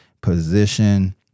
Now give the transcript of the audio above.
position